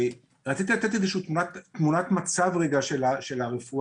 רציתי לתת איזו שהיא תמונת מצב רגע, של הרפואה.